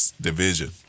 division